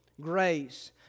grace